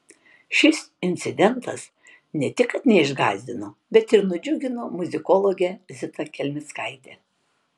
šis incidentas ne tik kad neišgąsdino bet ir nudžiugino muzikologę zitą kelmickaitę